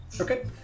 Okay